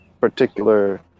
particular